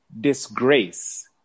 disgrace